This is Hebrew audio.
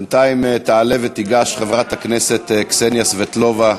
בינתיים תעלה ותיגש חברת הכנסת קסניה סבטלובה.